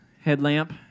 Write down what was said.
headlamp